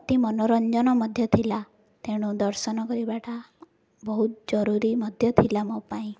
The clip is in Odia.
ଅତି ମନୋରଞ୍ଜନ ମଧ୍ୟ ଥିଲା ତେଣୁ ଦର୍ଶନ କରିବାଟା ବହୁତ ଜରୁରୀ ମଧ୍ୟ ଥିଲା ମୋ ପାଇଁ